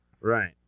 right